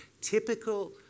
typical